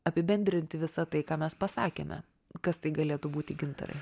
apibendrinti visa tai ką mes pasakėme kas tai galėtų būti gintarai